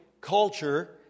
culture